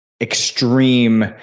extreme